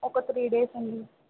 ఒక three days అండి